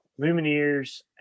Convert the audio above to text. Lumineers